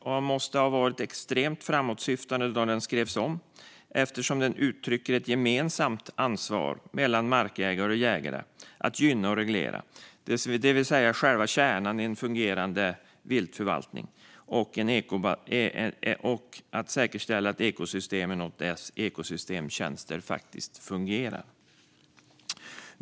Man måste ha varit extremt framåtsyftande då den skrevs om, eftersom den uttrycker ett gemensamt ansvar mellan markägare och jägare att gynna och reglera, det vill säga själva kärnan i en fungerande viltförvaltning, liksom att säkerställa att ekosystemen och deras ekosystemtjänster faktiskt fungerar.